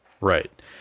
right